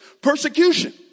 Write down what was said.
persecution